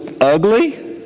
ugly